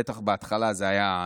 בטח בהתחלה זה היה,